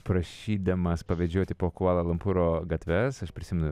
prašydamas pavedžioti po kvala lumpūro gatves aš prisimenu